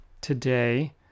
today